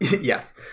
Yes